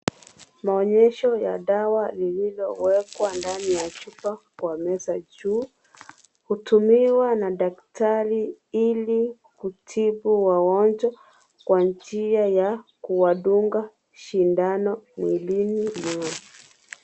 Maonyesho ya dawa lililowekwa ndani ya chupa kwa meza juu. Hutumiwa na daktari, ili kutibu wagonjwa kwa njia ya kuwadunga sindano mwilini mwao.